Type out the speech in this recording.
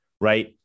right